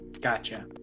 Gotcha